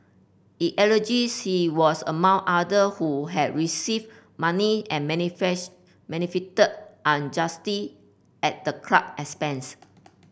it alleges he was among other who had received money and benefited unjustly at the club expense